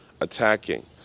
attacking